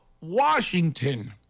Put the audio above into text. Washington